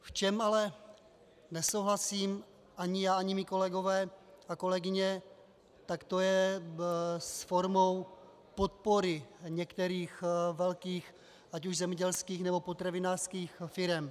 V čem ale nesouhlasím ani já, ani mí kolegové a kolegyně, je forma podpory některých velkých, ať už zemědělských, nebo potravinářských firem.